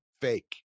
fake